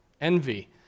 envy